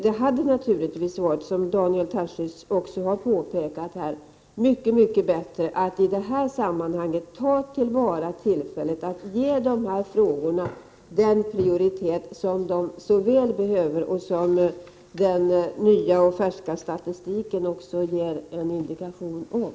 Det hade naturligtvis — som Daniel Tarschys också påpekat här — varit mycket bättre att ta till vara tillfället att ge dessa frågor den prioritet som de så väl behöver och som den nya och färska statistiken också ger indikation om.